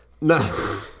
no